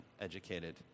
educated